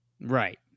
Right